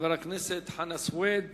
חבר הכנסת חנא סוייד,